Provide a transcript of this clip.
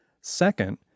Second